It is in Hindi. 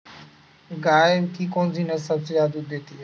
गाय की कौनसी नस्ल सबसे ज्यादा दूध देती है?